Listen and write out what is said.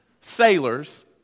sailors